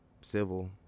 civil